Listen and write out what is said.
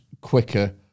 quicker